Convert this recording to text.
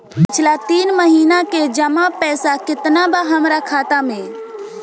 पिछला तीन महीना के जमा पैसा केतना बा हमरा खाता मे?